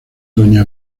doña